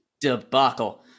debacle